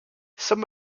some